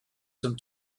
sommes